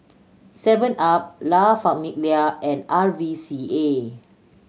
Seven Up La Famiglia and R V C A